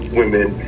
women